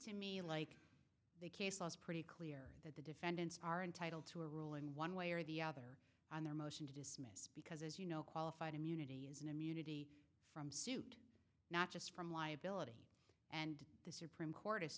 to me like the case was pretty clear that the defendants are entitled to a ruling one way or the other on their motion to discuss as you know qualified immunity is an immunity from suit not just from liability and the supreme court